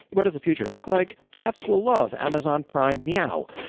what does the future look like? cats will love amazon prime meow.